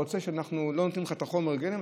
לא נותנים לך את חומר הגלם,